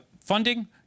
funding